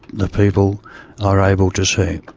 the people are able to see it.